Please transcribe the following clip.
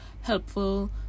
helpful